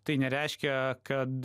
tai nereiškia kad